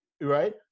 Right